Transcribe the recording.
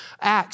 Acts